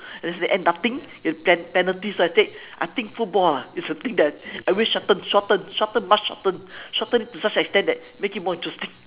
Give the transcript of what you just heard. then in the end nothing you have pen~ penalty so I said I think football ah is the thing that I will shorten shorten much shorten shorten it to such an extent that make it more interesting